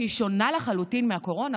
שהיא שונה לחלוטין מהקורונה,